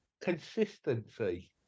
Consistency